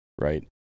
right